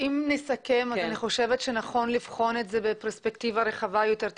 אם נסכם אז אני חושבת שנכון לבחון את זה בפרספקטיבה רחבה יותר.